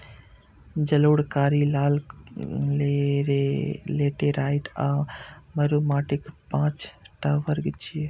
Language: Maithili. जलोढ़, कारी, लाल, लेटेराइट आ मरु माटिक पांच टा वर्ग छियै